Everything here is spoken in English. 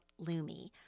Lumi